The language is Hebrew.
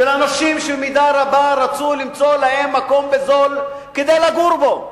של אנשים שבמידה רבה רצו למצוא להם מקום בזול כדי לגור בו.